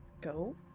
Go